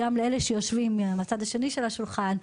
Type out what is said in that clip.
גם לאלו שיושבים מהצד השני של השולחן,